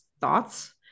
thoughts